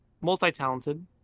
multi-talented